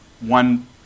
one